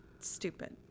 stupid